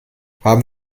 haben